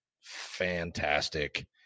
fantastic